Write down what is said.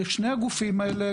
לשני הגופים האלה,